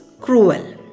cruel